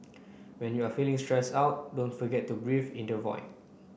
when you are feeling stressed out don't forget to breathe into void